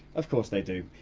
of course they do.